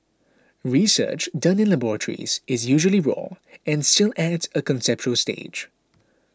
research done in laboratories is usually raw and still at a conceptual stage